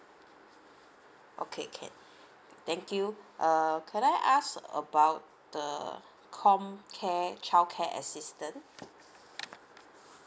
okay can thank you err can I ask about the com care childcare assistant